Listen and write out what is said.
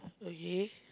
okay